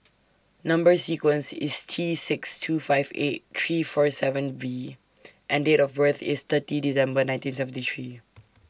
Number sequence IS T six two five eight three four seven V and Date of birth IS thirty December nineteen seventy three